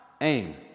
aim